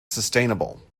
sustainable